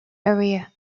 area